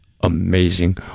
amazing